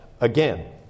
Again